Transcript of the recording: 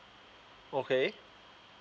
okay